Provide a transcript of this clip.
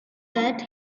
that